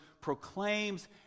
proclaims